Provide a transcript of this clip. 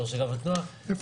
אבל זה